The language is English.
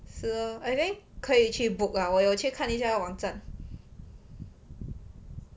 so I think 可以去 book ah 我有去看一下网站